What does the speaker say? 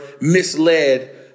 misled